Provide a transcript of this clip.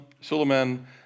Suleiman